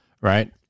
right